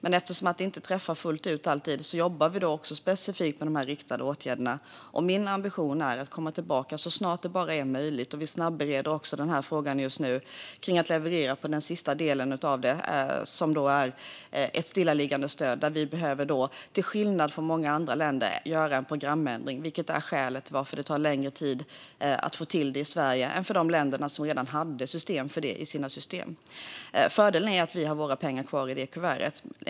Men eftersom de inte alltid träffar fullt ut jobbar vi också specifikt med de riktade åtgärderna. Min ambition är att komma tillbaka så snart det är möjligt. Vi snabbereder frågan att leverera på den sista delen, det vill säga ett stillaliggandestöd. Till skillnad från många andra länder måste vi göra en programändring, vilket är skälet till att det tar längre tid att få till det i Sverige än för de länder som redan hade system för detta. Fördelen är att Sverige har kvar pengar i det kuvertet.